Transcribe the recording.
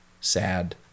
sad